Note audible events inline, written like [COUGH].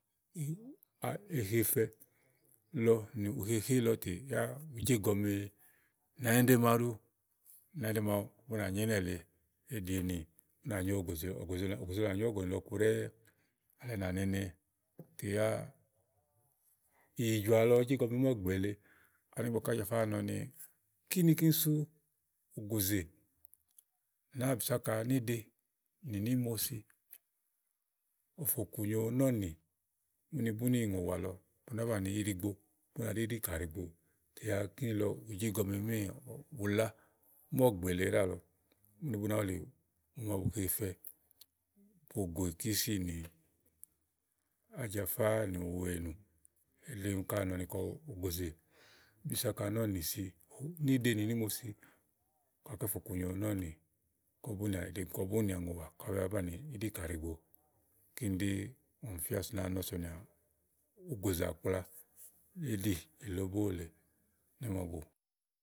[HESITATION] A, ehefɛ lɔ nì ihehé lɔ tè yá ùú jégɔme nànyiɖe màaɖu nànyiɖe màaɖu bú nànyó ínɛ lèe eɖì ènì ú nà nyó ògòzè ògòzèlɔ nà nyó ɔ̀gɔ̀nì lɔ ku ɖɛ́ɛ alɛ nà nene tè yá ìyìjɔ̀à lɔ ɔ̀ɔ jégɔme mɔ́ɔ̀gbè lèe, ani ígbɔké Ájafáa nɔni, kíni kíni sú ògòzè nàáa bìso áka níɖe ní nì mo si, òfò kùnyo nɔ́ɔ̀nì úni búni ìŋòwà lɔ bú nàá banìi íɖigbo bú nà ɖí íɖìkà ɖìigbo yá kíni lɔ bùú jégɔme míì bu lá mɔ́ɔ̀gbè lèe ɖáàlɔ úni bú nàá wulì mò màabu hefɛ. Bògò ìkísì nì ájafá nùwu ènù. Elí úni ká nɔ nì ògòzè é bìsòo nɔ́ɔ nì sì, níɖe nì nìmo si kàá kɛ fò kùnyo nɔ́ɔ̀nì kɔ búnì nìà ɖèɖè, kɔ búni nìà ìŋòwò kɔ bìà bú banìi íɖìkà ɖìigbo kíni ɖì iku màa ɔmi fíà sònìà à màáa nɔ sònìà ògòzè àkpla íɖì ìló bó lèe nèémɔ̀bù.